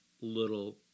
little